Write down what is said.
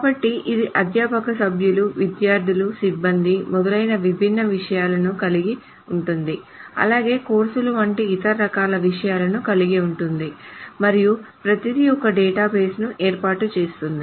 కాబట్టి ఇది అధ్యాపక సభ్యులు విద్యార్థులు సిబ్బంది మొదలైన విభిన్న విషయాలను లను కలిగి ఉంటుంది అలాగే కోర్సులు వంటి ఇతర రకాల విషయాలను కలిగి ఉంటుంది మరియు ప్రతిదీ ఒక డేటాబేస్ను ఏర్పాటు చేస్తుంది